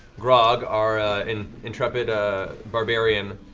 grog, our ah and intrepid ah barbarian,